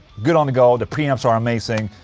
good on-the-go, the preamps are amazing.